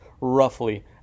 roughly